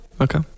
Okay